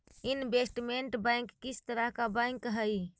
investment bank किस तरह का बैंक हई